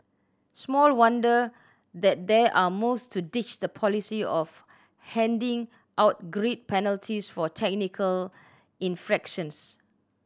small wonder that there are moves to ditch the policy of handing out grid penalties for technical infractions